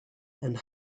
and